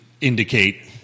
indicate